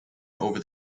over